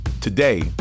Today